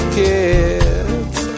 kids